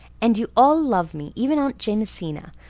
and you all love me even aunt jamesina,